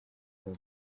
for